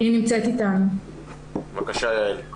בבקשה, יעל.